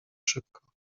szybko